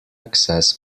access